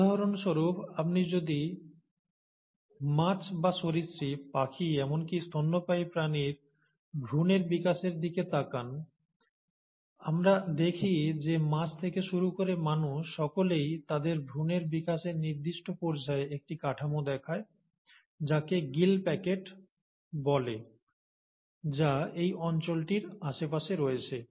উদাহরণস্বরূপ আপনি যদি মাছ বা সরীসৃপ পাখি এমনকি স্তন্যপায়ী প্রাণীর ভ্রূণের বিকাশের দিকে তাকান আমরা দেখি যে মাছ থেকে শুরু করে মানুষ সকলেই তাদের ভ্রূণের বিকাশের নির্দিষ্ট পর্যায়ে একটি কাঠামো দেখায় যাকে গিল প্যাকেট বলে যা এই অঞ্চলটির চারপাশে রয়েছে